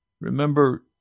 Remember